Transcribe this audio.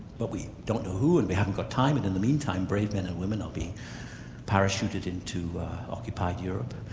but we don't know who, and we haven't got time, but and in the meantime, brave men and women are being parachuted into occupied europe,